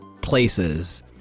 places